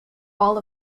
all